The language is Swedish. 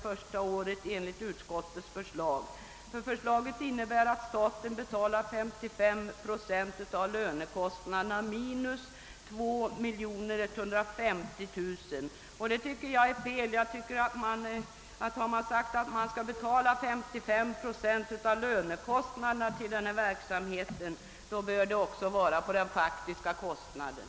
Förslaget innebär nämligen att staten betalar 55 procent av lönekostnaderna minus 2150 000 kronor. Det tycker jag är fel. Jag tycker att har man sagt att man skall betala 55 procent av lönekostnaderna för denna verksamhet, så bör det också vara 55 procent av den faktiska lönekostnaden.